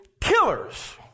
killers